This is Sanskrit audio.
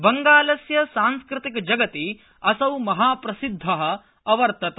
बंगालस्य सांस्कृतिकजगति असौ महा प्रसिद्धः अवर्तत